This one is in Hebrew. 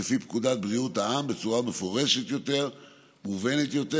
לפי פקודת בריאות העם בצורה מפורשת יותר ומובנת יותר,